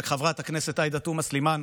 רק לחברת הכנסת עאידה תומא סלימאן,